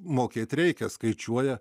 mokėt reikia skaičiuoja